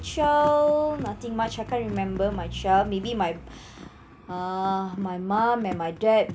child nothing much I can't remember my child maybe my uh my mum and my dad